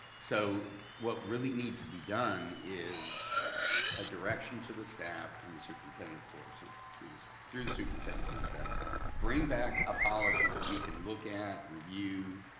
so what really needs to be done is a direction to the staff and the superintendent, of course. through the so through the superintendent to the staff bring back a policy that we can look at, review,